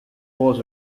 was